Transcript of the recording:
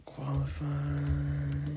Qualify